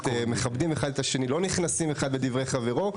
מכבדים אחד את השני, לא נכנסים האחד לדברי חברו,